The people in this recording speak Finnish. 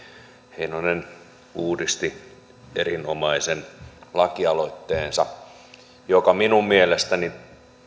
heinonen uudisti erinomaisen lakialoitteensa joka minun mielestäni